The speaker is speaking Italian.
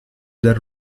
del